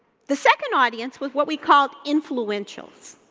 the second audience was what we called influentials.